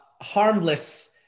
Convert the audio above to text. harmless